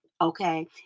okay